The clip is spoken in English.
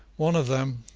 one of them,